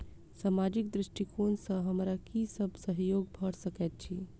सामाजिक दृष्टिकोण सँ हमरा की सब सहयोग भऽ सकैत अछि?